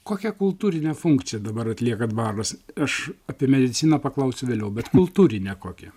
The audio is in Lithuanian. kokią kultūrinę funkciją dabar atlieka dvaras aš apie mediciną paklausiu vėliau bet kultūrinę kokią